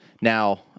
Now